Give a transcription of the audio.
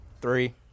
three